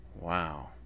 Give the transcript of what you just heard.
Wow